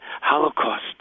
Holocaust